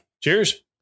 cheers